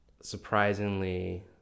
surprisingly